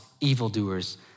evildoers